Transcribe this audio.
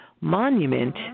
Monument